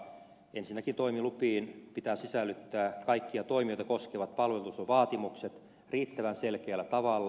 ensinnäkin toimilupiin pitää sisällyttää kaikkia toimijoita koskevat palvelutasovaatimukset riittävän selkeällä tavalla